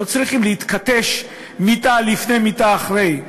לא צריכים להתכתש מי לפני ומי אחרי.